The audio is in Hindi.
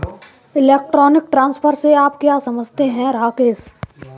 इलेक्ट्रॉनिक ट्रांसफर से आप क्या समझते हैं, राकेश?